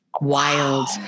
Wild